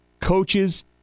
coaches